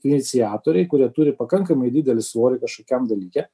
iniciatoriai kurie turi pakankamai didelį svorį kažkokiam dalyke